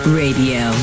radio